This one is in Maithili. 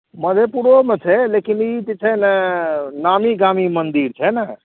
मधेपुरोमे छै लेकिन ई जे छै ने नामी गामी मन्दिर छै ने